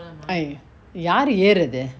!aiyo! யாரு ஏர்ரது:yaru yerrathu